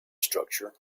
structure